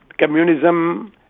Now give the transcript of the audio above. communism